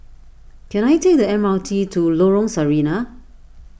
can I take the M R T to Lorong Sarina